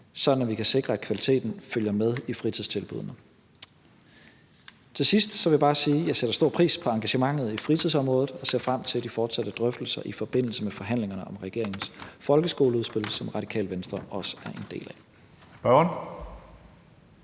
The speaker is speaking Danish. sådan at vi kan sikre, at kvaliteten følger med i fritidstilbuddene. Til sidst vil jeg bare sige, at jeg sætter stor pris på engagementet i fritidsområdet, og jeg ser frem til de fortsatte drøftelser i forbindelse med forhandlingerne om regeringens folkeskoleudspil, som Radikale Venstre også er en del af.